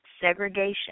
Segregation